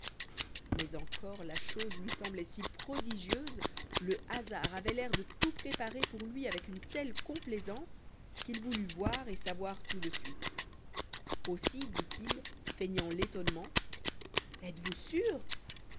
mais encore la chose lui semblait si prodigieuse le hasard avait l'air de tout préparer pour lui avec une telle complaisance qu'il voulut voir et savoir tout de suite aussi dit-il feignant l'étonnement êtes-vous sûre